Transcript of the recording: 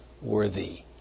worthy